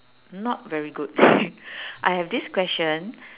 not very good I have this question